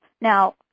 Now